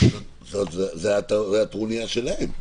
זאת הטרוניה שלהם.